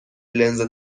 لنز